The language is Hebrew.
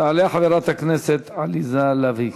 תעלה חברת הכנסת עליזה לביא,